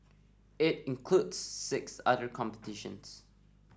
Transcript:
it includes six other competitions